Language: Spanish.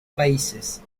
países